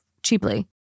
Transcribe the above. Cheaply